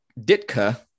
ditka